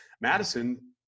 Madison